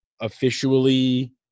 officially